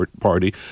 party